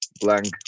blank